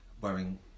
wearing